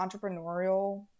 entrepreneurial